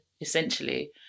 essentially